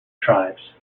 tribes